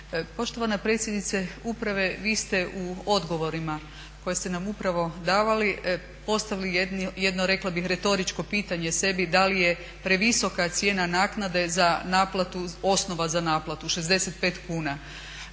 Poštovana predsjednice uprave vi ste u odgovorima koje ste nam upravo davali postavili jedno rekla bih retoričko pitanje sebi da li je previsoka cijena naknade za naplatu osnova za naplatu 65 kuna.